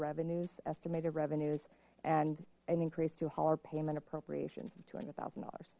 revenues estimated revenues and an increase to holler payment appropriations of two hundred thousand dollars